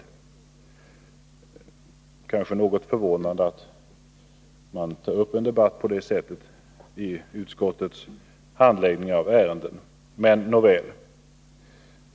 Det är kanske något förvånande att man tar upp en debatt på det sättet beträffande utskottets handläggning av ärenden.